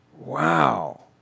Wow